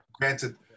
Granted